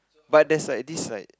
but there's like this like